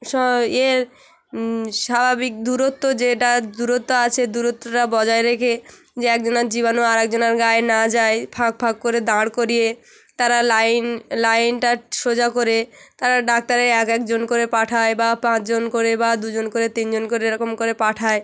ইয়ে স্বাভাবিক দূরত্ব যেটা দূরত্ব আছে দূরত্বটা বজায় রেখে যে একজনের জীবাণু আরেকজনের গায়ে না যায় ফাঁক ফাঁক করে দাঁড় করিয়ে তারা লাইন লাইনটা সোজা করে তারা ডাক্তারের এক এক জন করে পাঠায় বা পাঁচ জন করে বা দু জন করে তিন জন করে এরকম করে পাঠায়